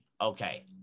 Okay